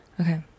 okay